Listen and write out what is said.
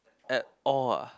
at all ah